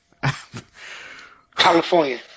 California